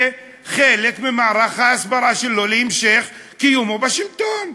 זה חלק ממערך ההסברה שלו להמשך קיומו בשלטון.